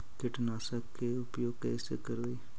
कीटनाशक के उपयोग कैसे करबइ?